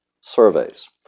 surveys